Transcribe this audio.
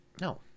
No